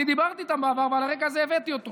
אני דיברתי איתם בעבר ועל הרקע הזה הבאתי אותו.